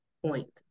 point